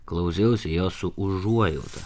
klausiausi jos su užuojauta